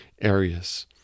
areas